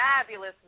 fabulous